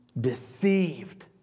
deceived